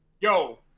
Yo